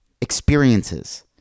experiences